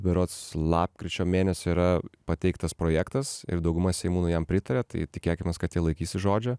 berods lapkričio mėnesio yra pateiktas projektas ir dauguma seimūnų jam pritarė tai tikėkimės kad jie laikysis žodžio